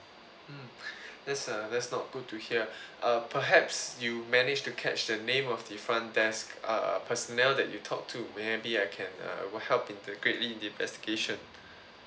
mm that's uh that's not good to hear uh perhaps you managed to catch the name of the front desk uh personnel that you talk to may be I can uh what help into greatly investigation